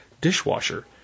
dishwasher